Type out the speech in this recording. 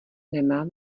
nemá